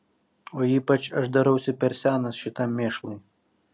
o ypač aš darausi per senas šitam mėšlui